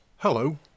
Hello